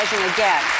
again